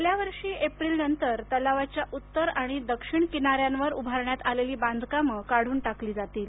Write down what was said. गेल्या वर्षी एप्रिल नंतर तलावाच्या उत्तर आणि दक्षिण किनाऱ्यांवर उभारण्यात आलेली बाधकामं काढून टाकली जातील